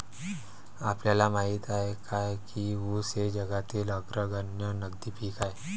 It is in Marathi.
आपल्याला माहित आहे काय की ऊस हे जगातील अग्रगण्य नगदी पीक आहे?